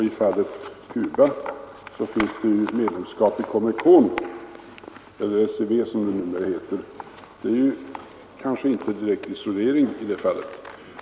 I fallet Cuba finns ju medlemskapet i Comecon, eller SEV som det numera heter. Det är kanske inte direkt någon isolering i det fallet!